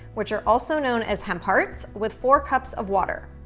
which are also known as hemp hearts, with four cups of water.